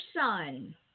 son